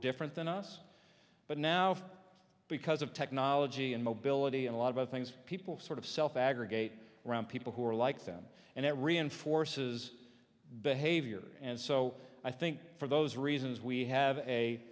different than us but now because of technology and mobility and a lot of things people sort of self aggregate around people who are like them and it reinforces behavior and so i think for those reasons we have a